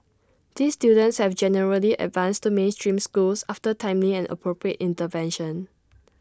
these children have generally advanced to mainstream schools after timely and appropriate intervention